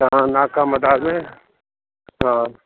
हा